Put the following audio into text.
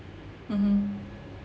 mmhmm